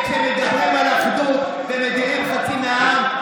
וכשמדברים על אחדות ומדירים חצי מהעם,